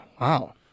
Wow